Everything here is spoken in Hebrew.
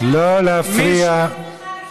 אין לנו בעיה שתדברו על זה,